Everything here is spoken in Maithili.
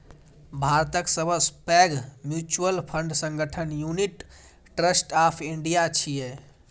भारतक सबसं पैघ म्यूचुअल फंड संगठन यूनिट ट्रस्ट ऑफ इंडिया छियै